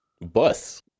Bus